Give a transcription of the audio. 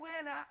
Buena